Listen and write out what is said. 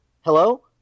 Hello